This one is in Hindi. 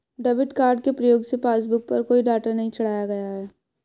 डेबिट कार्ड के प्रयोग से पासबुक पर कोई डाटा नहीं चढ़ाया गया है